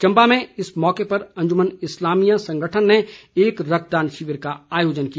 चंबा में इस मौके पर अंजुमन इस्लामियां संगठन ने एक रक्तदान शिविर का आयोजन किया